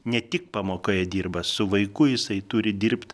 ne tik pamokoje dirba su vaiku jisai turi dirbt